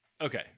Okay